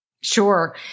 Sure